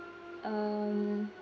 uh